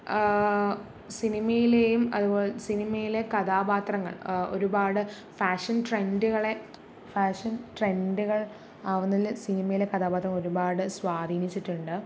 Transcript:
ആ സിനിമയിലേയും അതുപോലെ സിനിമയിലെ കഥാപാത്രങ്ങൾ ഒരുപാട് ഫാഷൻ ട്രെന്റുകളെ ഫാഷൻ ട്രെൻറ്റുകൾ ആവുന്നതിൽ സിനിമയിലെ കഥാപാത്രങ്ങൾ ഒരുപാട് സ്വാധീനിച്ചിട്ടുണ്ട്